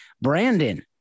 Brandon